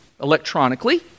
electronically